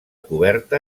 coberta